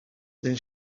then